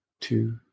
two